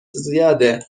زیاده